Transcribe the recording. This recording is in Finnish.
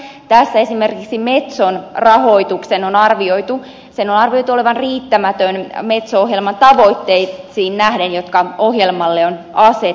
tässä esimerkiksi metson rahoituksen on arvioitu olevan riittämätön metso ohjelman tavoitteisiin nähden jotka ohjelmalle on asetettu